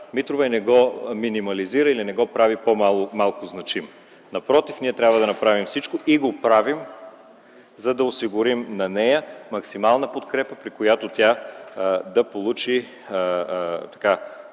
Митрова, не го минимализира или не го прави по-малко значим. Напротив, ние трябва да направим всичко и го правим, за да й осигурим максимална подкрепа, при която тя да получи